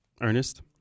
Ernest